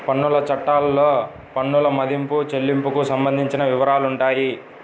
పన్నుల చట్టాల్లో పన్నుల మదింపు, చెల్లింపులకు సంబంధించిన వివరాలుంటాయి